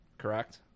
correct